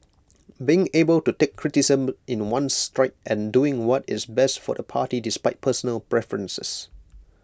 being able to take criticism in one's stride and doing what is best for the party despite personal preferences